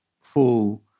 full